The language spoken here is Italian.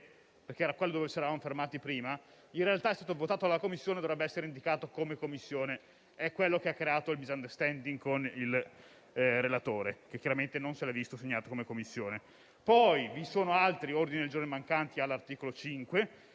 Parente e su cui ci eravamo fermati prima, in realtà è stato votato dalla Commissione e dovrebbe essere indicato come della Commissione. È quello che ha creato il *misunderstanding* con il relatore, che chiaramente non se lo è visto segnato come ordine del giorno della Commissione. Poi vi sono altri ordini giorni mancanti all'articolo 5.